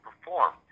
perform